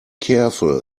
careful